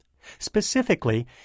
Specifically